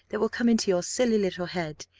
that will come into your silly little head,